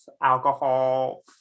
alcohol